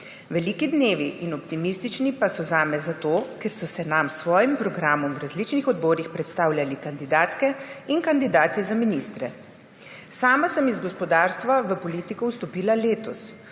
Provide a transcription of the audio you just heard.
Veliki dnevi in optimistični pa so zame zato, ker so se nam s svojim programom v različnih odborih predstavljali kandidatke in kandidati za ministre. Sama sem iz gospodarstva v politiko vstopila letos.